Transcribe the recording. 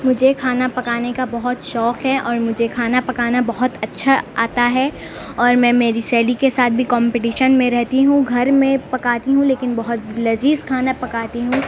مجھے کھانا پکانے کا بہت شوق ہے اور مجھے کھانا پکانا بہت اچھا آتا ہے اور میں میری سہیلی کے ساتھ بھی کمپٹیشن میں رہتی ہوں گھر میں پکاتی ہوں لیکن بہت لذیذ کھانا پکاتی ہوں